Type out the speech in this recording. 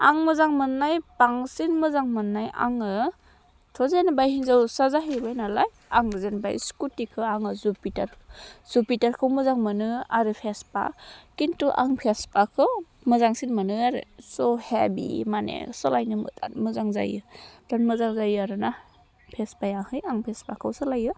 आं मोजां मोननाय बांसिन मोजां मोननाय आङोथ' जेनेबा हिनजावसा जाहैबाय नालाय आं जेनेबा स्कुटिखो आङो जुपिटार जुपिटारखो मोजां मोनो आरो भेस्पा खिन्थु आं भेस्पाखौ मोजांसिन मोनो आरो स हेभि माने सालायनो बिराद मोजां जायो आरोना भेस्पायाहाहै आं भेस्पाखौ सालायो